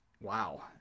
Wow